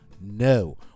No